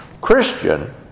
Christian